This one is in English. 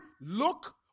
look